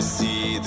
see